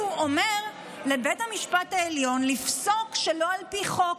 אומר לבית המשפט העליון לפסוק שלא על פי חוק.